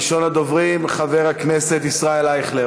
ראשון הדוברים, חבר הכנסת ישראל אייכלר,